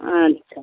अच्छा